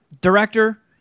Director